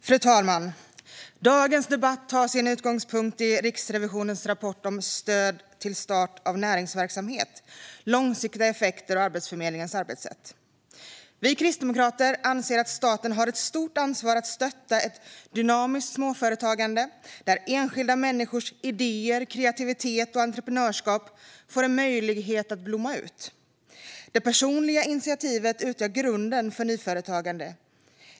Fru talman! Dagens debatt tar sin utgångspunkt i Riksrevisionens rapport om stöd till start av näringsverksamhet - långsiktiga effekter och Arbetsförmedlingens arbetssätt. Vi kristdemokrater anser att staten har ett stort ansvar att stötta ett dynamiskt småföretagande, där enskilda människors idéer, kreativitet och entreprenörskap får en möjlighet att blomma ut. Det personliga initiativet utgör grunden för nyföretagande.